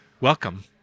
welcome